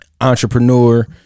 entrepreneur